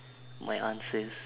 my answers